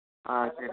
ஆ சரிண்ணே